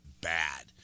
bad